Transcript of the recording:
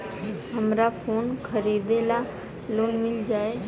हमरा फोन खरीदे ला लोन मिल जायी?